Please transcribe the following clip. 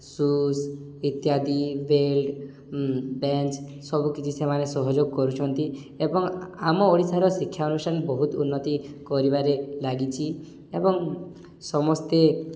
shoes ଇତ୍ୟାଦି belt bench ସବୁକିଛି ସେମାନେ ସହଯୋଗ କରୁଛନ୍ତି ଏବଂ ଆମ ଓଡ଼ିଶାର ଶିକ୍ଷା ଅନୁଷ୍ଠାନ ବହୁତ ଉନ୍ନତି କରିବାରେ ଲାଗିଛି ଏବଂ ସମସ୍ତେ